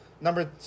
number